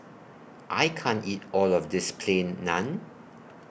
I can't eat All of This Plain Naan